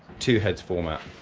two-heads format,